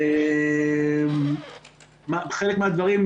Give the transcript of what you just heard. חלק מהדברים,